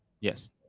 Yes